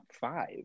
five